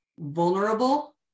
vulnerable